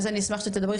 אז אני אשמח שתדברי,